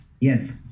Yes